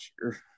sure